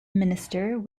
minister